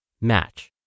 Match